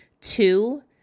Two